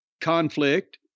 conflict